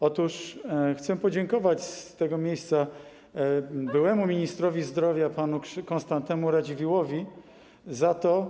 Otóż chcę podziękować z tego miejsca byłemu ministrowi zdrowia panu Konstantemu Radziwiłłowi za to.